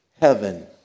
heaven